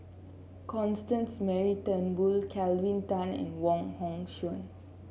Constance Mary Turnbull Kelvin Tan and Wong Hong Suen